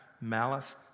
malice